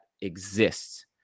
exists